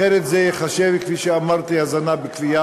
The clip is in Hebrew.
אחרת זה ייחשב, כפי שאמרתי, הזנה בכפייה